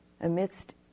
amidst